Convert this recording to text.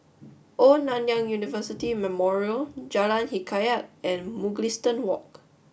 Old Nanyang University Memorial Jalan Hikayat and Mugliston Walk